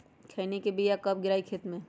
खैनी के बिया कब गिराइये खेत मे?